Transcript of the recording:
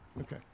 okay